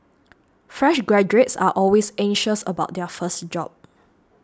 fresh graduates are always anxious about their first job